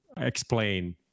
explain